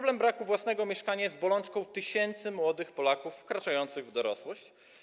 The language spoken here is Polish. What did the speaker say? Brak własnego mieszkania jest bolączką tysięcy młodych Polaków wkraczających w dorosłość.